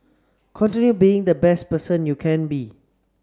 continue being the best person you can be